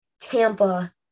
Tampa